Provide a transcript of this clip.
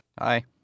Hi